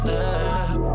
up